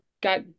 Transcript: got